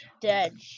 dead